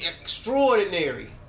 extraordinary